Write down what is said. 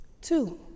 Two